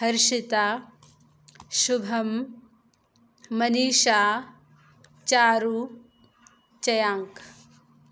Harshita Shubham Manisha Charu चयाङ्क्